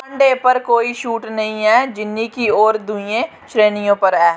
भांडें पर कोई छूट नेईं ऐ जिन्नी कि होर दूइयें श्रेणियें पर ऐ